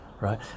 right